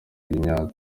imyaka